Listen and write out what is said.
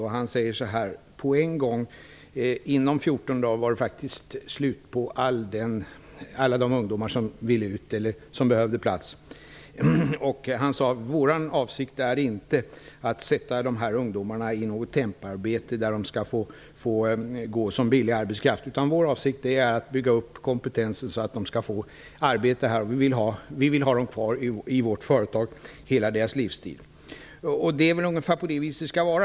Företagaren sade så här: ''På en gång, inom 14 dagar, var det faktiskt slut på alla de ungdomar som behövde plats. Vår avsikt är inte att sätta dessa ungdomar i något tempoarbete där de skall få gå som billig arbetskraft. Vår avsikt är att bygga upp kompetensen så att de skall få arbete. Vi vill ha dem kvar i vårt företag hela deras livstid.'' Det är väl ungefär så som det skall vara.